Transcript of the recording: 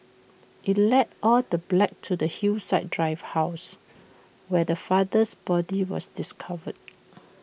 IT led all the black to the Hillside drive house where the father's body was discovered